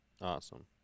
Awesome